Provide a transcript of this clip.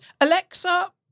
Alexa